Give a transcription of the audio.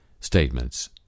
statements